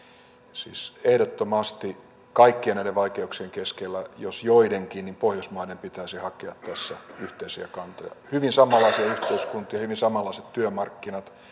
siis ehdottomasti kaikkien näiden vaikeuksien keskellä jos joidenkin niin pohjoismaiden pitäisi hakea tässä yhteisiä kantoja hyvin samanlaisia yhteiskuntia hyvin samanlaiset työmarkkinat